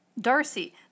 Darcy